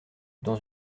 dans